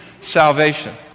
salvation